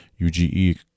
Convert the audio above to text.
UGE